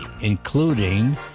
including